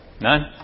None